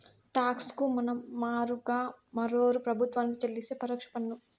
talks ను మన మారుగా మరోరూ ప్రభుత్వానికి చెల్లిస్తే పరోక్ష పన్ను